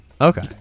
Okay